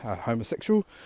homosexual